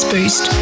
Boost